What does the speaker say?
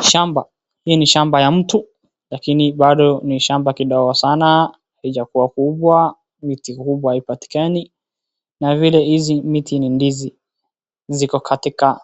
Shamba, hii ni shamba ya mtu lakini bado ni shamba kidogo sana, haijakuwa kubwa, miti kubwa haipatikani. Na vile hizi miti ni ndizi, ziko katika